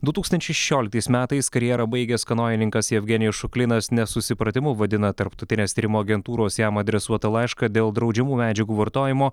du tūkstančiai šešioliktais metais karjerą baigęs kanojininkas jevgenijus šuklinas nesusipratimu vadina tarptautinės tyrimų agentūros jam adresuotą laišką dėl draudžiamų medžiagų vartojimo